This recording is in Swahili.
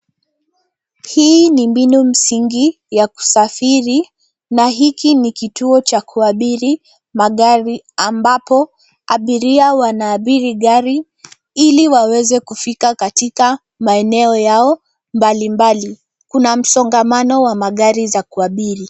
Hii ni mbinu msingi ya kusafiri na hiki ni kituo cha kuabiri magari ambapo abiria wanaabiri gari ili waweze kufika katika maeneo yao mbalimbali. Kuna msongamano wa magari za kuabiri.